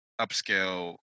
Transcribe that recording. upscale